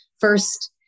first